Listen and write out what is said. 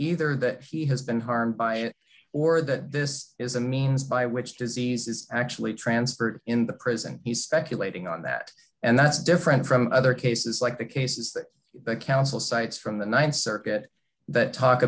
either that he has been harmed by it or that this is a means by which disease is actually transferred in the prison he's speculating on that and that's different from other cases like the cases that the council cites from the th circuit that talk